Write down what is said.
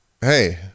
hey